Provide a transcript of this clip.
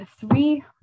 three